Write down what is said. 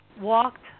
walked